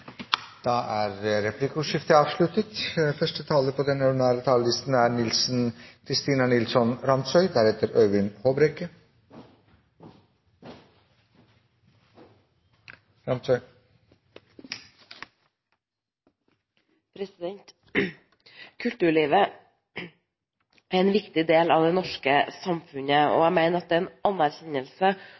Replikkordskiftet er omme. Kulturlivet er en viktig del av det norske samfunnet, og jeg mener at det er en anerkjennelse